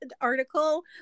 article